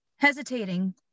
Hesitating